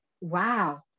Wow